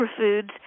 superfoods